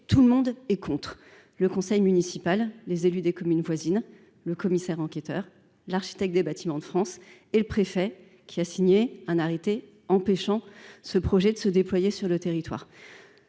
Tout le monde est contre : le conseil municipal, les élus des communes voisines, le commissaire enquêteur, l'architecte des Bâtiments de France et le préfet, qui a signé un arrêté empêchant ce projet de se déployer sur le territoire.